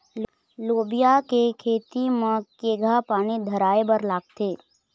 लोबिया के खेती म केघा पानी धराएबर लागथे?